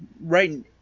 right